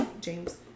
James